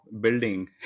building